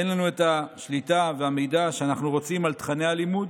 אין לנו את השליטה והמידע שאנחנו רוצים על תוכני הלימוד